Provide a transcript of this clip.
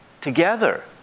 together